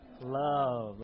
Love